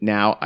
Now